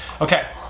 okay